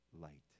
light